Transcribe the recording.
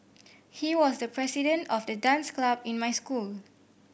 he was the president of the dance club in my school